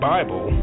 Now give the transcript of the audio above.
Bible